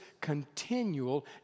continual